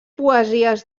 poesies